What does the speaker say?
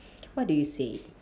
what do you say